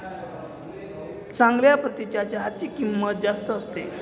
चांगल्या प्रतीच्या चहाची किंमत जास्त असते